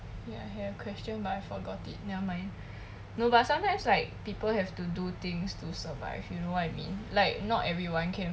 ya I have a question but I forgot it never mind no but sometimes like people have to do things to survive you know what I mean like not everyone can